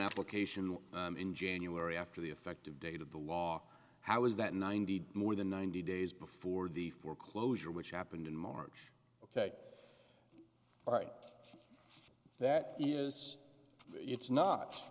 application in january after the effective date of the law how is that ninety more than ninety days before the foreclosure which happened in march ok all right that is it's not